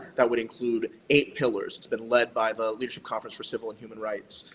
that would include eight pillars. it's been led by the leadership conference for civil and human rights.